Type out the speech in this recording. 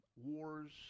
wars